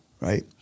Right